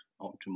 optimal